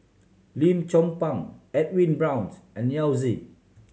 Lim Chong Pang Edwin Browns and Yao Zi